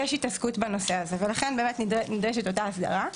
יש התעסקות בנושא הזה ולכן באמת נדרשת אותה הסדרה.